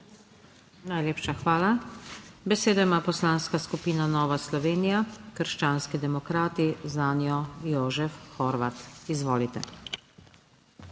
lepa. Besedo ima Poslanska skupina Nova Slovenija - krščanski demokrati, zanjo Jožef Horvat. Izvolite.